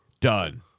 done